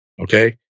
Okay